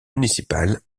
municipales